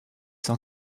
cent